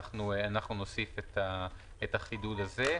אנחנו נוסיף את החידוד הזה.